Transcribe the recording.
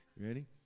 Ready